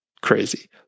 crazy